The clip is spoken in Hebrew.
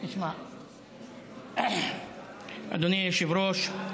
אדוני היושב-ראש,